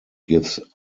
gives